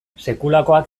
sekulakoak